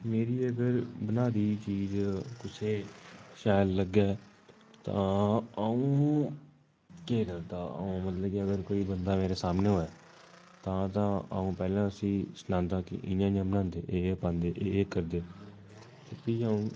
मेरी अगर बनाई दी चीज कुसै शैल लग्गे तां अ'ऊं केह् करदा अ'ऊं मतलब कि अगर कोई बंदा मेरे सामनै होऐ तां तां अ'ऊं पैह्ले उस्सी सनांदा कि इ'यां इ'यां बनांदे एह् एह् पांदे एह् एह् करदे ते फ्ही अ'ऊं